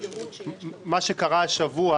שקרה השבוע,